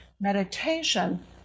meditation